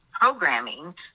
programming